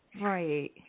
Right